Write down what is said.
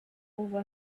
over